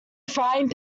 frying